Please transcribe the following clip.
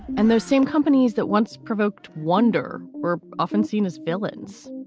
and those same companies that once provoked wonder were often seen as villains.